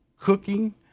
cooking